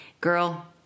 Girl